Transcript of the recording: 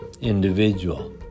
individual